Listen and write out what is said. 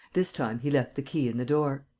this time he left the key in the door.